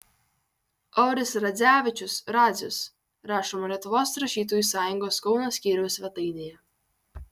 auris radzevičius radzius rašoma lietuvos rašytojų sąjungos kauno skyriaus svetainėje